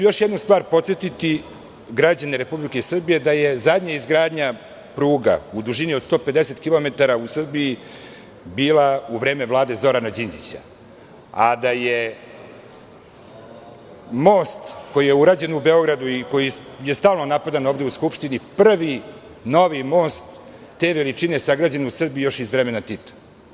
još jednu stvar građane Republike Srbije, da je zadnja izgradnja pruga u dužini od 150 km u Srbiji bila u vreme Vlade Zorana Đinđića, a da je most koji je urađen u Beogradu i koji je stalno napadan ovde u Skupštini - prvi novi most te veličine sagrađen u Srbiji, još iz vremena Tita.